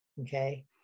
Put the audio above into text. okay